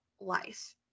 life